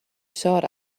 sought